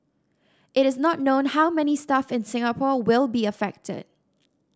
it is not known how many staff in Singapore will be affected